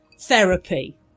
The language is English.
therapy